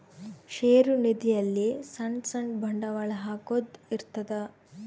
ಷೇರು ನಿಧಿ ಅಲ್ಲಿ ಸಣ್ ಸಣ್ ಬಂಡವಾಳ ಹಾಕೊದ್ ಇರ್ತದ